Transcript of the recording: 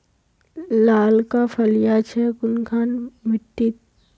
लालका फलिया छै कुनखान मिट्टी त?